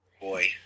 Boy